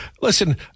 Listen